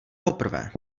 poprvé